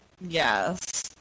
Yes